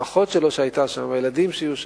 האחות שלו שהיתה שם והילדים שהיו שם,